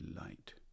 light